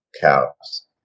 cows